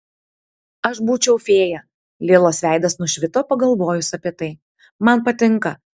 aš būčiau fėja lilos veidas nušvito pagalvojus apie tai man patinka